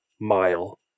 mile